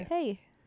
Hey